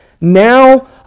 now